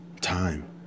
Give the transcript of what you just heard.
time